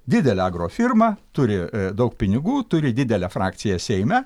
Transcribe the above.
didelę agrofirmą turi daug pinigų turi didelę frakciją seime